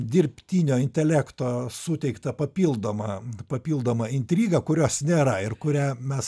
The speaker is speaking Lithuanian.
dirbtinio intelekto suteiktą papildomą papildomą intrigą kurios nėra ir kurią mes